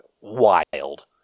wild